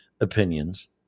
opinions